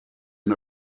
and